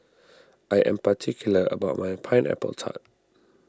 I am particular about my Pineapple Tart